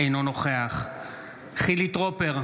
אינו נוכח חילי טרופר,